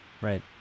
right